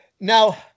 Now